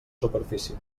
superfície